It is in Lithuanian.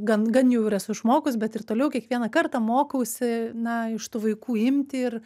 gan gan jau ir esu išmokus bet ir toliau kiekvieną kartą mokausi na iš tų vaikų imti ir